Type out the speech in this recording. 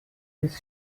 this